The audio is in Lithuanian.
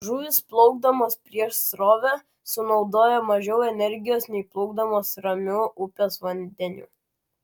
žuvys plaukdamos prieš srovę sunaudoja mažiau energijos nei plaukdamos ramiu upės vandeniu